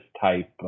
type